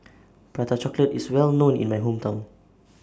Prata Chocolate IS Well known in My Hometown